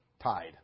tied